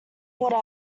brought